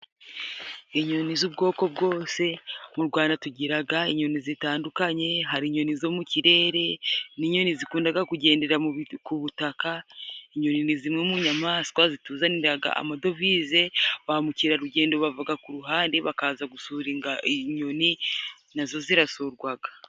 Inyoni z'ubwoko bwose, mu Rwanda tugiraga inyoni zitandukanye, hari inyoni zo mu kirere n'inyoni zikundaga kugendera ku butaka. Inyoni ni zimwe mu nyamaswa zituzaniraga amadovize ba mukerarugendo bavaga ku ruhande bakaza gusura inyoni, nazo zirasurwaga.